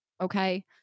Okay